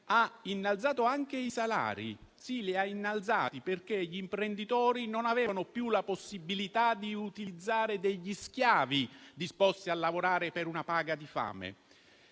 innalzato i salari, perché gli imprenditori non avevano più la possibilità di utilizzare degli schiavi disposti a lavorare per una paga da fame.